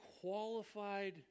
qualified